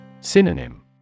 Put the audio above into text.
Synonym